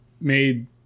made